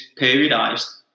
periodized